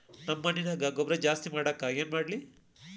ನಮ್ಮ ಮಣ್ಣಿನ್ಯಾಗ ಗೊಬ್ರಾ ಜಾಸ್ತಿ ಮಾಡಾಕ ಏನ್ ಮಾಡ್ಲಿ?